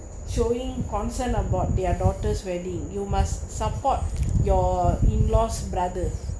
showing concerned about their daughter's wedding you must support your in-laws brothers